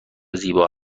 زیبا